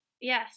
Yes